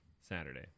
Saturday